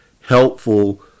helpful